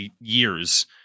years